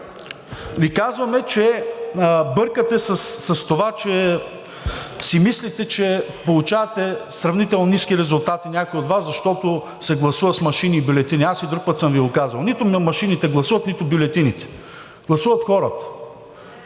Ви казваме, че бъркате с това, че си мислите, че получавате сравнително ниски резултати някои от Вас, защото се гласува с машини и бюлетини. Аз и друг път съм Ви го казвал: нито машините гласуват, нито бюлетините – гласуват хората.